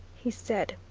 he said,